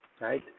right